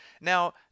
Now